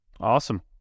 Awesome